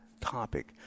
topic